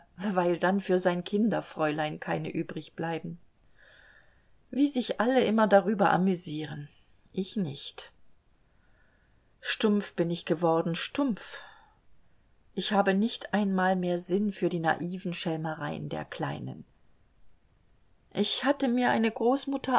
weil dann für sein kinderfräulein keine übrig bleiben wie sich alle immer darüber amüsieren ich nicht stumpf bin ich geworden stumpf ich habe nicht einmal mehr sinn für die naiven schelmereien der kleinen ich hatte mir eine großmutter